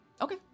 Okay